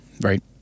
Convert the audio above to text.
right